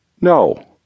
No